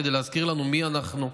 כדי להזכיר לנו מי אנחנו,